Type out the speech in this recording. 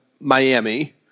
Miami